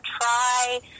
try